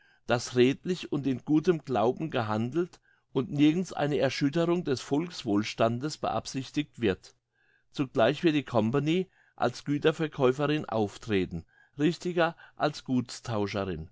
dass redlich und in gutem glauben gehandelt und nirgends eine erschütterung des volkswohlstandes beabsichtigt wird zugleich wird die company als güterkäuferin auftreten richtiger als